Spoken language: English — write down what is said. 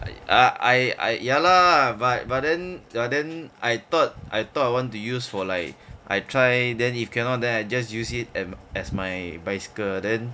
I I ya lah but but then but then I thought I thought I want to use for like I try then if cannot then I just use it as as my bicycle then